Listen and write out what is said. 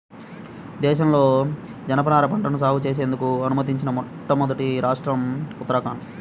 దేశంలో జనపనార పంటను సాగు చేసేందుకు అనుమతించిన మొదటి రాష్ట్రం ఉత్తరాఖండ్